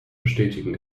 bestätigen